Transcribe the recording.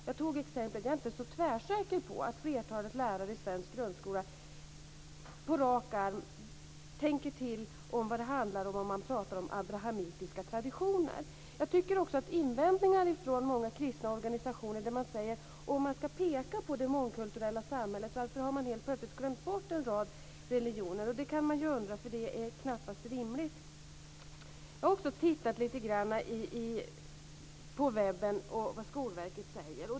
Jag gav ett exempel. Jag är inte tvärsäker på att flertalet lärare i den svenska grundskolan på rak arm tänker till kring vad det handlar om när man pratar om abrahamitiska traditioner. Invändningar från många kristna organisationer handlar om följande: Om man ska peka på det mångkulturella samhället, varför har man då helt plötsligt glömt bort en rad religioner? Det kan man ju undra, för detta är knappast rimligt. Jag har också tittat lite grann på webben för att se vad Skolverket säger.